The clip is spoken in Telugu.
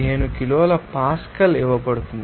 415 కిలో పాస్కల్ ఇవ్వబడుతుంది